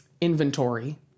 inventory